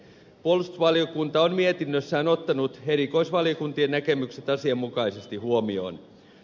puolustusvaliokunta on mietinnössään ottanut erikoisvaliokuntien näkemykset asianmukaisesti huomioon